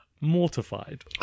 mortified